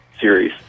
series